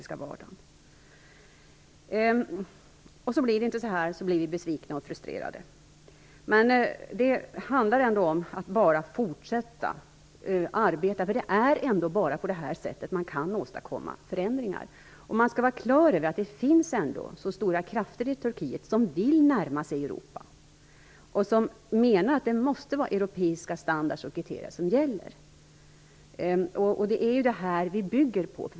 Sedan blir det inte så här, och vi blir besvikna och frustrerade. Men det handlar ändå om att fortsätta att arbeta. Det är bara på det här sätet som man kan åstadkomma förändringar. Man skall vara klar över att det finns stora krafter i Turkiet som vill närma sig Europa. De menar att det måste vara europeisk standard och europeiska kriterier som gäller. Det är detta som det hela bygger på.